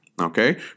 Okay